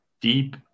deep